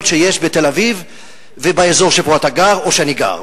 שיש בתל-אביב ובאזור שבו אתה גר או שאני גר.